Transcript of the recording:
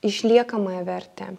išliekamąją vertę